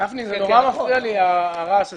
גפני, נורא מפריע לי הרעש הזה.